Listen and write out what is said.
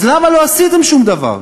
אז למה לא עשיתם שום דבר?